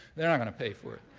they're not gonna pay for it.